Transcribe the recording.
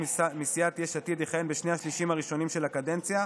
מסיעת יש עתיד יכהן בשני השלישים הראשונים של הקדנציה,